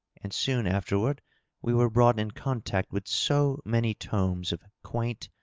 and soon afterward we were brought in contact with so many tomes of quaint,